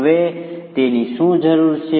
હવે તેની શું જરૂર છે